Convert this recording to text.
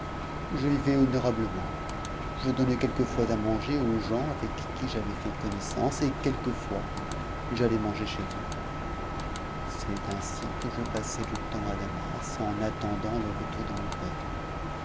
je vivais honorablement je donnais quelquefois à manger aux gens avec qui j'avais fait connaissance et quelquefois j'allais manger chez eux c'est ainsi que je passais le temps à damas en attendant le retour de mon père